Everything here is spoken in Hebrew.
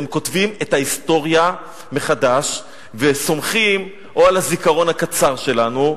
הם כותבים את ההיסטוריה מחדש וסומכים על הזיכרון הקצר שלנו,